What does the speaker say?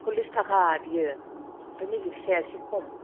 सल्लिस थाखा बियो आमफ्राय नैबे फिसाया एसे खम